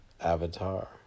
avatar